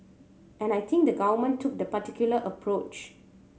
and I think the Government took the particular approach